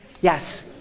Yes